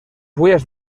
huellas